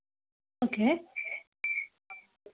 okay